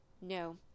No